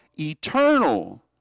eternal